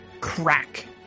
crack